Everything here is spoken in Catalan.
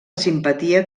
simpatia